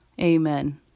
Amen